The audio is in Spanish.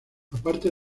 aparte